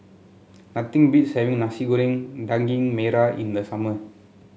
nothing beats having Nasi Goreng Daging Merah in the summer